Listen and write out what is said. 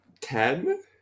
Ten